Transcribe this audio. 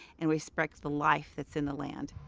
and respect the life that's in the land.